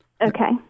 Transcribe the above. Okay